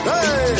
Hey